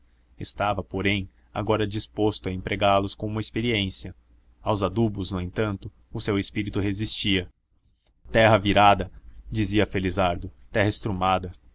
estava porém agora disposto a empregá los como experiência aos adubos entretanto o seu espírito resistia terra virada dizia felizardo terra